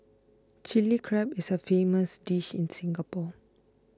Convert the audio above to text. Chilli Crab is a famous dish in Singapore